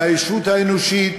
מהישות האנושית,